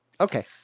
Okay